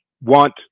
want